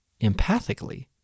empathically